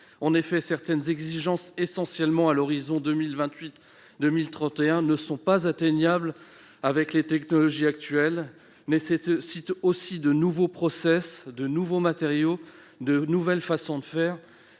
En effet, certaines exigences fixées essentiellement à l'horizon de 2028 à 2031 ne sont pas atteignables avec les technologies actuelles. Non seulement elles nécessitent de nouveaux process, de nouveaux matériaux et de nouvelles façons de faire,